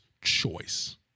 choice